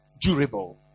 durable